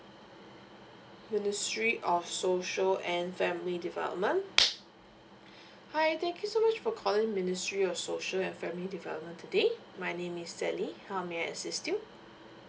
ministry of social and family development hi thank you so much for calling ministry of social and family development today my name is sally how may I assist you